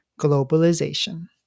globalization